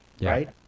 Right